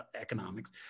economics